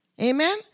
Amen